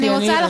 אני רוצה לחזור,